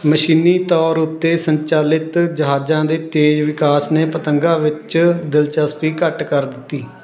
ਮਸ਼ੀਨੀ ਤੌਰ ਉੱਤੇ ਸੰਚਾਲਿਤ ਜਹਾਜ਼ਾਂ ਦੇ ਤੇਜ਼ ਵਿਕਾਸ ਨੇ ਪਤੰਗਾਂ ਵਿੱਚ ਦਿਲਚਸਪੀ ਘੱਟ ਕਰ ਦਿੱਤੀ